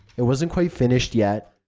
it wasn't quite finished yet,